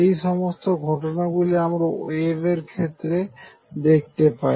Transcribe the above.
এই সমস্ত ঘটনা গুলি আমরা ওয়েব এর ক্ষেত্রে দেখতে পাই